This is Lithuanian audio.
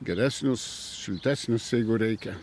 geresnius šiltesnius jeigu reikia